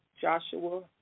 Joshua